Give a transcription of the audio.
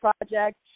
project